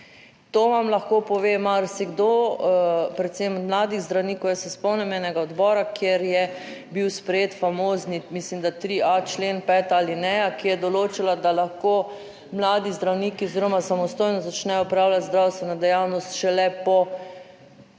to vam lahko pove marsikdo, predvsem mladih zdravnikov. Jaz se spomnim enega odbora, kjer je bil sprejet famozni mislim, da 3.a člen, peta alineja, ki je določila, da lahko mladi zdravniki oziroma samostojno začnejo opravljati zdravstveno dejavnost šele po